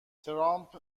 ترامپ